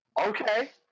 okay